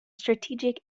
strategic